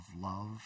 love